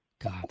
God